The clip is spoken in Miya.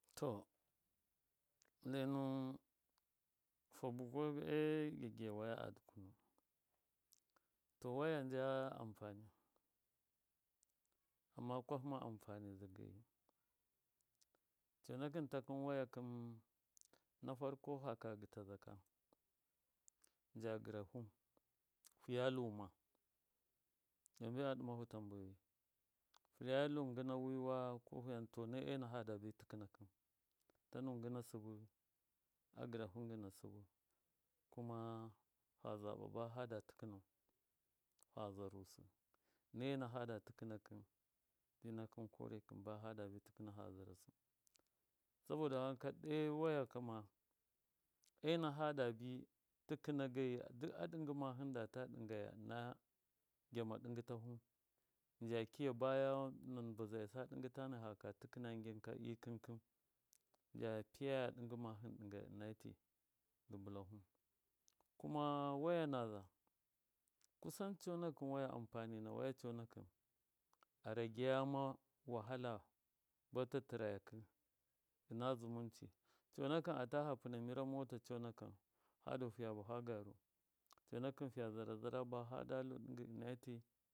To tlainuwɨn fa bukwe e gyagiya waya dukunuwɨn to waya nja amfani amma kwahɨma anfani niza geyi conakɨn takɨn waya na farko faka gɨtazaka ja gɨrahu fiyalu ma? Domin aɗɨmahu tambayoyi fiyalu gṫna wṫwa kokuma to nai ana fada tṫkhṫm tanu ngɨna wiwa to nai ena fadabi tɨkɨnam kɨn tanu ngɨna sɨbɨ a gɨrahu ngɨna sɨbɨ fa zaɓa ba fada tɨkɨnau, fa zarusɨ saboda wanka ɗo waya kama ena hadabi tikɨna gaiyi duk a ɗɨngɨ ma hɨndata ɗingayau ɨna gyama ɗɨngɨ tahu nja kiya baya na mbɨzaisa ɗɨngɨ tana haka tɨkɨna ngɨnka ikɨnkɨn nja piya ya ɗɨngɨ mahɨn ɗɨngaya ɨna ti dɨ bɨlahu kuma waya naza, kusan conakɨn waya amfani na waya conakɨn arageyama wahala ba tatɨrayakɨ ɨna zumunci conakɨn ata fa pɨna mɨra mota conakɨn fadu fiya bafa garu conakɨn fiya zarazara ba fadalu ɗɨngɨ ɨna ti.